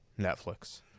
Netflix